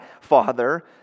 Father